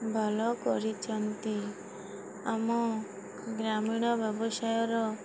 ଭଲ କରିଛନ୍ତି ଆମ ଗ୍ରାମୀଣ ବ୍ୟବସାୟର